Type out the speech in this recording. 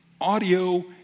audio